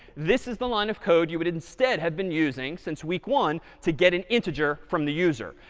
this is the line of code you would instead have been using since week one to get an integer from the user.